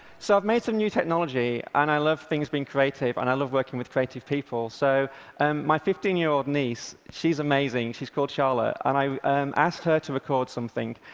so i've made some new technology, and i love things being creative, and i love working with creative people. so um my fifteen year old niece, she's amazing, and she's called charlotte, and i asked her to record something,